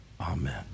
Amen